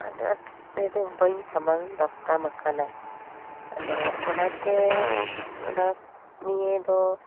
ᱚᱱᱟᱸᱴ ᱨᱮᱫᱚ ᱵᱟᱹᱧ ᱥᱟᱢᱟᱝ ᱫᱟᱯᱨᱟᱢ ᱟᱠᱟᱱᱟ ᱟᱫᱚ ᱚᱱᱟ ᱛᱮ ᱚᱱᱟ ᱱᱤᱭᱮ ᱫᱚ